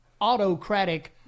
autocratic